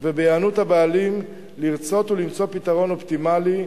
ובהיענות הבעלים לרצות ולמצוא פתרון אופטימלי,